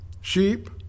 sheep